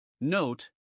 Note